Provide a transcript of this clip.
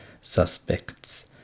suspects